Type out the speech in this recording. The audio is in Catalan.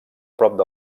prop